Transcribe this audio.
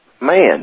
Man